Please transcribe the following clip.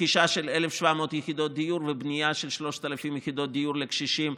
רכישה של 1,700 יחידות דיור ובנייה של 3,000 יחידות דיור לקשישים,